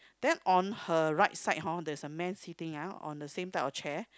then on her right side hor there's a man sitting ah on the same type of chair